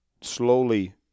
slowly